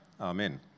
Amen